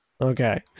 Okay